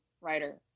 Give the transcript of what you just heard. writer